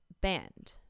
band